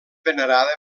venerada